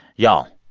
y'all,